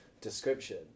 description